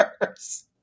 worse